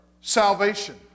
Salvation